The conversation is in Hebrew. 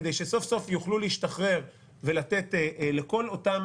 כדי שסוף סוף יוכלו להשתחרר ולתת לכל אותם